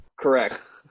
Correct